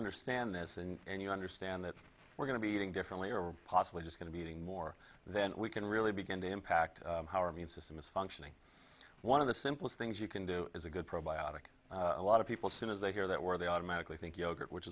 understand this and you understand that we're going to be eating differently or possibly just going to be eating more then we can really begin to impact how our immune system is functioning one of the simplest things you can do as a good probiotic a lot of people soon as they hear that where they automatically think yogurt which